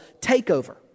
takeover